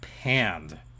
panned